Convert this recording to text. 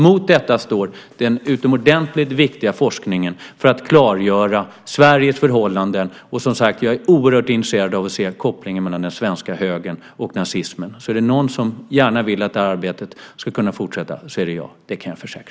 Mot detta står den utomordentligt viktiga forskningen för att klargöra Sveriges förhållanden. Jag är oerhört intresserad av att se kopplingen mellan den svenska högern och nazismen. Om det är någon som gärna vill att det här arbetet ska kunna fortsätta är det jag. Det kan jag försäkra.